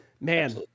man